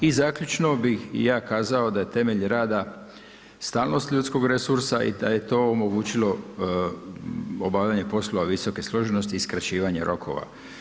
I zaključno bih ja kazao da je temelj rada stalnost ljudskog resursa i da je to omogućilo obavljanje poslova visoke složenosti i skraćivanje rokova.